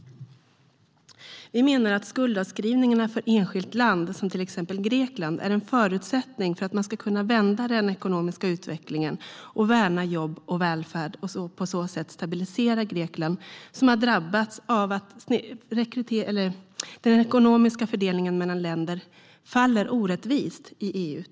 Vi menar att skuldavskrivningarna för enskilt land, till exempel Grekland, är en förutsättning för att man ska kunna vända den ekonomiska utvecklingen och värna jobb och välfärd. Det handlar om att på så sätt stabilisera Grekland, som har drabbats av att den ekonomiska fördelningen mellan länder faller orättvist i EU.